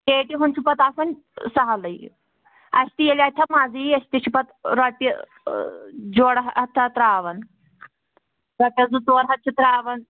ریٹہِ ہُنٛد چھُ پَتہٕ آسان سَہلٕے اَسہِ تہِ ییٚلہِ اَتہِ ہا مَزٕ یی أسۍ تہِ چھِ پَتہٕ رۄپیہِ جوڑہ ہَتھہ ترٛاوان رۄپیَس زٕ ژور ہَتھ چھِ ترٛاوان